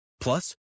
Plus